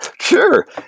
Sure